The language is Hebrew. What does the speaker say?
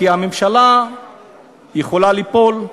כי הממשלה יכולה ליפול,